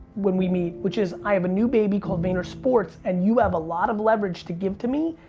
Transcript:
when we meet, which is i have a new baby called vaynersports and you have a lot of leverage to give to me,